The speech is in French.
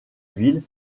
ville